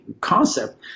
concept